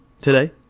today